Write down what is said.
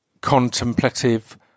contemplative